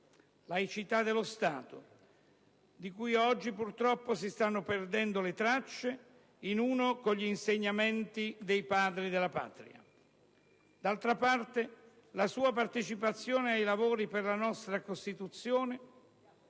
(laicità dello Stato di cui oggi purtroppo si stanno perdendo le tracce), in uno con gli insegnamenti dei Padri della Patria. D'altra parte, la sua partecipazione ai lavori per la nostra Costituzione